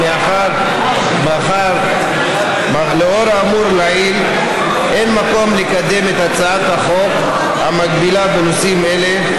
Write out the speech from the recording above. אבל לאור האמור לעיל אין מקום לקדם את הצעת החוק המקבילה בנושאים אלה,